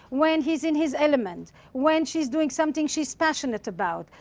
when he is in his element, when she's doing something she's passionate about,